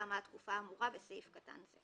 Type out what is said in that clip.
שתמה התקופה האמורה בסעיף קטן (ב).